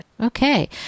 okay